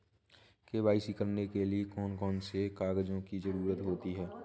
KYC करने के लिए कौन कौन से कागजों की जरूरत होती है?